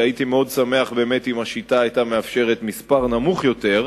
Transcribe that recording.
והייתי מאוד שמח באמת אם השיטה היתה מאפשרת מספר נמוך יותר,